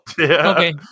Okay